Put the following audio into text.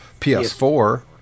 PS4